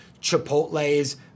chipotle's